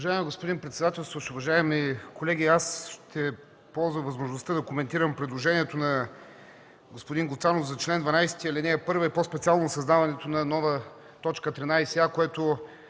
Уважаеми господин председателстващ, уважаеми колеги! Аз ще ползвам възможността да коментирам предложението на господин Гуцанов за чл. 12, ал. 1 и по-специално създаването на нова т. 13а, която